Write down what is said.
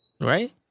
Right